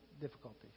difficulties